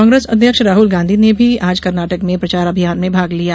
कांग्रेस अध्यक्ष राहुल गांधी ने भी आज कर्नाटक में प्रचार अभियान में भाग लिया